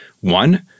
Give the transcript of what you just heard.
One